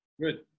Good